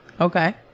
Okay